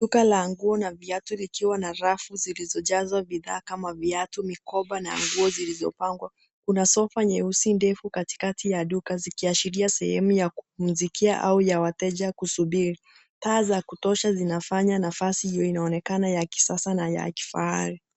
Duka la nguo na viatu likiwa na rafu zilizo jazwa bidhaa kama viatu, mikoba na nguo zilizo pangwa. Kuna sofa nyeusi ndefu katikati ya duka zikiashiria sehemu ya kupumuzikia au ya wateja kusubiri, Taa za kutosha zinafanya nafasi iwe inaonekana ya kisasa na yakifahari.